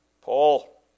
Paul